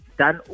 dan